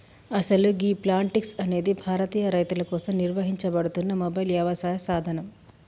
అసలు గీ ప్లాంటిక్స్ అనేది భారతీయ రైతుల కోసం నిర్వహించబడుతున్న మొబైల్ యవసాయ సాధనం